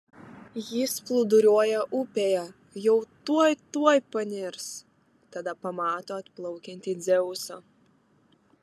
jis plūduriuoja upėje jau tuoj tuoj panirs tada pamato atplaukiantį dzeusą